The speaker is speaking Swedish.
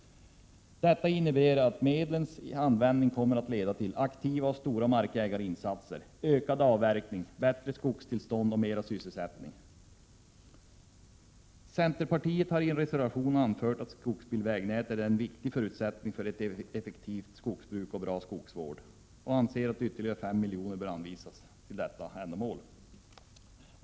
Detta innebär att medlens användning kommer att leda till aktiva och stora markägarinsatser, ökad avverkning, bättre skogstillstånd och mer sysselsättning. Centerpartiet har i en reservation anfört att skogsbilvägnätet är en viktig förutsättning för ett effektivt skogsbruk och bra skogsvård och anser att ytterligare 5 milj.kr. bör anvisas till detta ändamål.